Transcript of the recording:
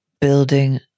building